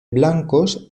blancos